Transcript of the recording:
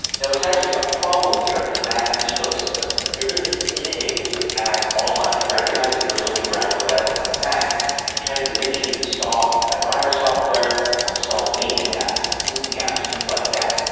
now there's actually a problem here in the mac ecosystem. you're going to be inundated with ads online that recognize that you're looking around in the web on a mac and try to convince you to install antivirus software or install maintenance apps, cleaning apps, things like that.